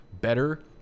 better